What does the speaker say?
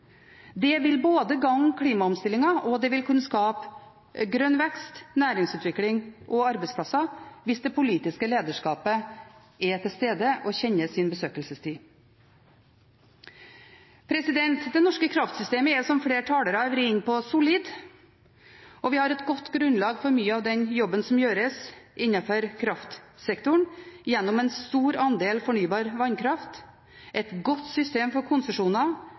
Det vil gagne klimaomstillingen, og det vil kunne skape grønn vekst, næringsutvikling og arbeidsplasser hvis det politiske lederskapet er til stede og kjenner sin besøkelsestid. Det norske kraftsystemet er solid, som flere talere har vært inne på, og vi har et godt grunnlag for mye av den jobben som gjøres innenfor kraftsektoren – gjennom en stor andel fornybar vannkraft, et godt system for konsesjoner,